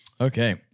Okay